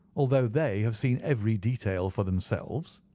although they have seen every detail for themselves?